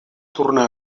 tornar